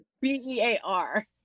B-E-A-R